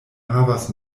havas